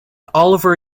oliver